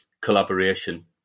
collaboration